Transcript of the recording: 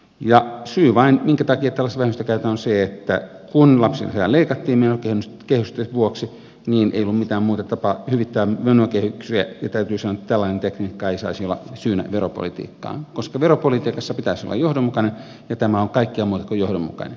ja syy minkä takia tällaista vähennystä käytetään on vain se että kun lapsilisää leikattiin menokehysten vuoksi niin ei ollut mitään muuta tapaa hyvittää menokehyksiä ja täytyy sanoa että tällainen tekniikka ei saisi olla syynä veropolitiikkaan koska veropolitiikassa pitäisi olla johdonmukainen ja tämä on kaikkea muuta kuin johdonmukaista